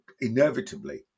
inevitably